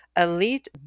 elite